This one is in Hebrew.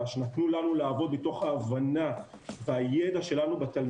ולנצל את המצב הזה ואת הפוטנציאל שלו.